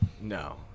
No